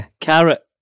Carrot